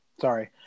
Sorry